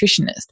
Nutritionist